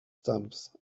stamps